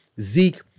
Zeke